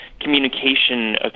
communication